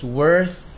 worth